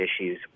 issues